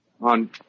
On